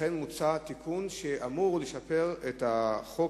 לכן מוצע תיקון שאמור לשפר את החוק